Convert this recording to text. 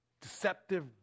deceptive